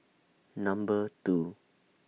Number two